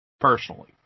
personally